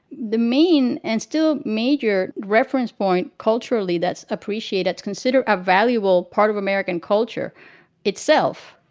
the main and still major reference point culturally that's appreciated to consider a valuable part of american culture itself.